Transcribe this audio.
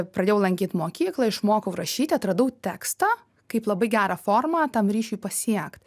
pradėjau lankyt mokyklą išmokau rašyti atradau tekstą kaip labai gerą formą tam ryšiui pasiekt